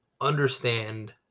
understand